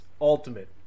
ultimate